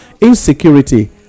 insecurity